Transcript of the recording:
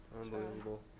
unbelievable